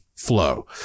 flow